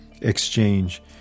exchange